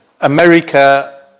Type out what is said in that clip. America